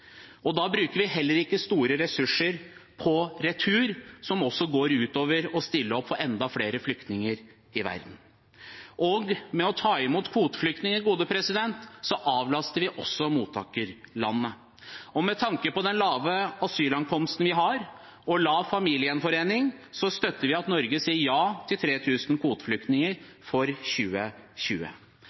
rettigheter. Da bruker vi heller ikke store ressurser på retur, som også går ut over det å stille opp for enda flere flyktninger i verden. Ved å ta imot kvoteflyktninger avlaster vi også mottakerlandene. Med tanke på den lave asylankomsten vi har, og lite familiegjenforening, støtter vi at Norge sier ja til 3 000 kvoteflyktninger i 2020. Kvoteflyktninger er også forutsigbart for